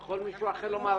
יכול מישהו אחר לומר,